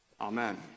Amen